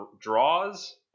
draws